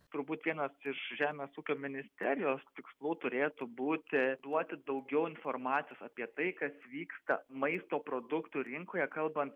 turbūt vienas iš žemės ūkio ministerijos tikslų turėtų būti duoti daugiau informacijos apie tai kas vyksta maisto produktų rinkoje kalbant